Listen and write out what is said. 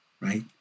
right